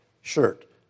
shirt